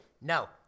No